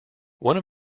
one